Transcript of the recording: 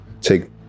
take